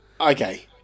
Okay